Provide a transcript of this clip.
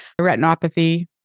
retinopathy